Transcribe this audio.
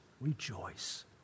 Rejoice